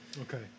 okay